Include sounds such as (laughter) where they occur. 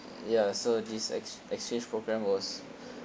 ya so these ex~ exchange program was (breath)